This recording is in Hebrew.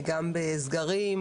גם בסגרים,